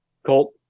Colt